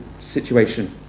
situation